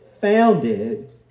founded